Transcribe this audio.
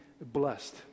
blessed